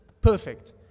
perfect